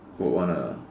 would wanna